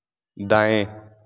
दाएँ